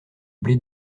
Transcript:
blé